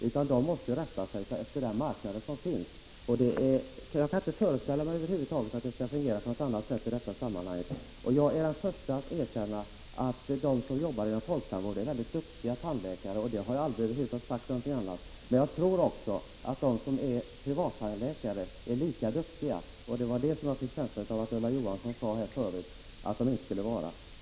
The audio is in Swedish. Han eller hon måste rätta sig efter den marknad som finns. Jag kan inte föreställa mig att det skulle fungera på något annat sätt. Jag är den förste att erkänna att de tandläkare som jobbar inom folktandvården är duktiga. Jag har aldrig sagt något annat, men jag tror att de som är privatpraktiserande är lika duktiga. Det var det jag fick en känsla av att Ulla Johansson inte ansåg att de var.